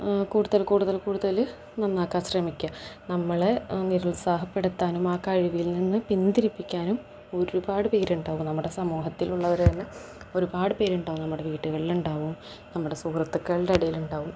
കൂടുതൽ കൂടുതൽ കൂടുതൽ നന്നാക്കാൻ ശ്രമിക്കുക നമ്മളെ നിരുത്സാഹപ്പെടുത്താനും ആ കഴിവിൽ നിന്നു പിന്തിരിപ്പിക്കാനും ഒരുപാട് പേരുണ്ടാകും നമ്മുടെ സമൂഹത്തിലുള്ളവർ തന്നെ ഒരുപാട് പേരുണ്ടാകും നമ്മുടെ വീടുകളിലുണ്ടാകും നമ്മുടെ സുഹൃത്തുക്കളുടെ ഇടയിലുണ്ടാകും